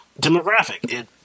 demographic